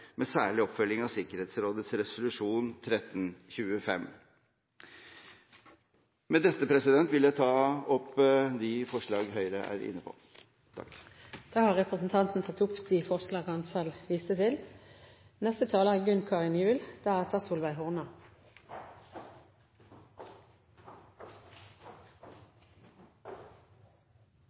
med særlig oppfølging av FNs sikkerhetsråds resolusjon 1325. Med dette vil jeg ta opp de forslag Høyre er alene om eller med på. Representanten har tatt opp de forslagene han refererte til.